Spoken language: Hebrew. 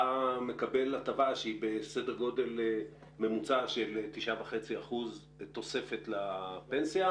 אתה מקבל הטבה שהיא בסדר גודל ממוצע של 9.5% תוספת לפנסיה,